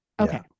Okay